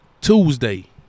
Tuesday